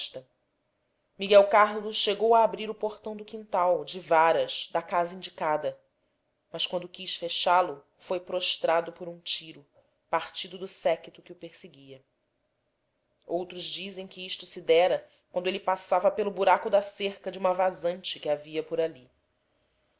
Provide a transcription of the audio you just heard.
miguel carlos chegou a abrir o portão do quintal de varas da casa indicada mas quando quis fechá-lo foi prostrado por um tiro partido do séquito que o perseguia outros dizem que isto se dera quando ele passava pelo buraco da cerca de uma vazante que havia por ali